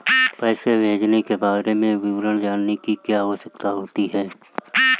पैसे भेजने के बारे में विवरण जानने की क्या आवश्यकता होती है?